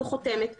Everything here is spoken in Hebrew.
זו חותמת גומי.